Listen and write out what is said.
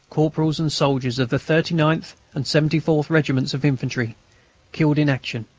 corporals, and soldiers of the thirty ninth and seventy fourth regiments of infantry killed in action.